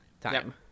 Time